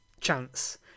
chance